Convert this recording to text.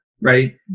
right